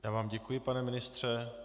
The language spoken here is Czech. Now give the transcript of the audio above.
Já vám děkuji, pane ministře.